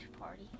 party